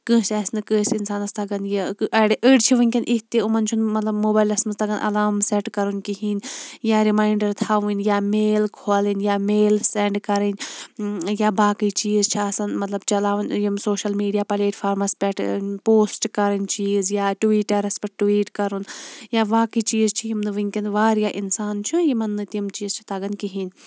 کٲنٛسہِ آسہِ نہٕ کٲنٛسہِ اِنسانَس تَگان یہِ اڑ أڑۍ چھِ وٕنکیٚن یِتھ تہِ یِمَن چھُنہٕ مَطلَب موبایلَس مَنٛز تَگان مَطلَب اَلام سیٚٹ کَرُن کِہیٖنۍ یا رِمایِنڈَر تھاوٕنۍ یا میل کھولٕنۍ یا میل سیٚنٛڈ کَرٕنۍ یا باقٕے چیٖز چھِ آسان مَطلَب چَلاوان یِم سوشَل میٖڈیا پَلیٹ فارمَس پٮ۪ٹھ پوسٹ کَرٕنۍ چیٖز یا ٹِویٖٹَرَس پٮ۪ٹھ ٹویٖٹ کرُن یا باقٕے چیٖز چھِ یِم نہٕ وٕنکٮ۪ن واریاہ اِنسان چھُ یِمَن نہٕ تِم چیٖز چھِ تَگان کِہیٖنۍ